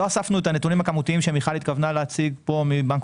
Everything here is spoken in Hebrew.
לא אספנו את הנתונים הכמותיים שמיכל התכוונה להציג מבנק